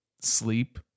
sleep